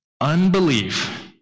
unbelief